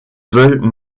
veulent